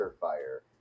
fire